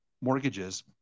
mortgages